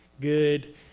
good